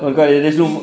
one corner